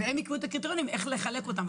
והם יקבעו את הקריטריונים איך לחלק אותם,